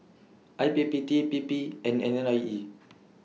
I P P T P P and N I E